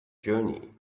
journey